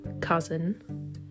cousin